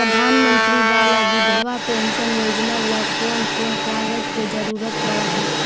प्रधानमंत्री बाला बिधवा पेंसन योजना ल कोन कोन कागज के जरुरत पड़ है?